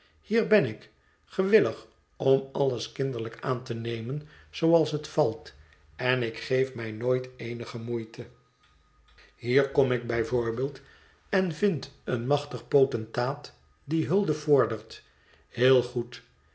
hier ben ik gewillig om alles kinderlijk aan te nemen zooals het valt en ik geef mij nooit eenige moeite hier kom ik b v en vind een machtig potentaat die hulde vordert heel goed